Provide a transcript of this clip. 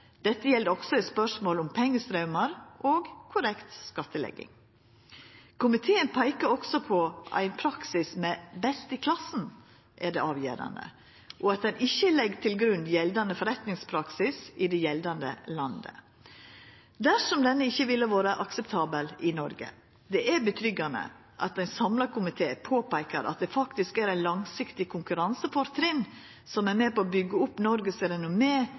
Dette gjeld også i spørsmål om pengestraumar og korrekt skattlegging. Komiteen peikar også på at ein praksis med «best i klassen» er det avgjerande, og at ein ikkje legg til grunn gjeldande forretningspraksis i det gjeldande landet dersom denne ikkje ville ha vore akseptabel i Noreg. Eg er glad for at ein samla komité påpeikar at dette faktisk er eit langsiktig konkurransefortrinn som er med på å byggja opp